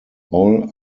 all